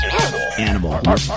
Animal